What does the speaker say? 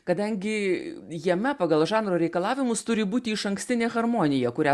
kadangi jame pagal žanro reikalavimus turi būti išankstinė harmonija kurią